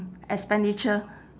expenditure